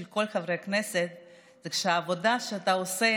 של כל חברי הכנסת הוא כשהעבודה שאתה עושה